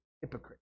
hypocrite